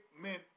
meant